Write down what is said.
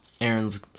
Aaron's